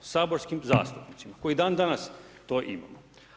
Saborskim zastupnicima, koji dan danas to imamo.